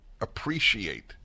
appreciate